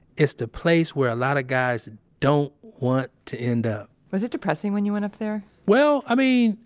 it's the place where a lot of guys don't want to end up was it depressing when you went up there? well, i mean,